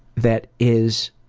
that is,